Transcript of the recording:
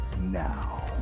now